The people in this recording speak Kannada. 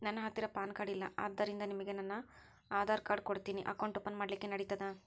ನನ್ನ ಹತ್ತಿರ ಪಾನ್ ಕಾರ್ಡ್ ಇಲ್ಲ ಆದ್ದರಿಂದ ನಿಮಗೆ ನನ್ನ ಆಧಾರ್ ಕಾರ್ಡ್ ಕೊಡ್ತೇನಿ ಅಕೌಂಟ್ ಓಪನ್ ಮಾಡ್ಲಿಕ್ಕೆ ನಡಿತದಾ?